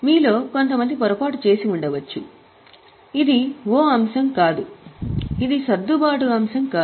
మీలో కొంతమంది పొరపాటు చేసి ఉండవచ్చు ఇది O అంశం కాదు ఇది సర్దుబాటు అంశం కాదు